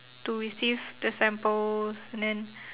to receive the samples and then